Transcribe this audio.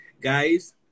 Guys